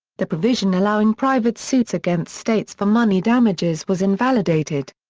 the provision allowing private suits against states for money damages was invalidated.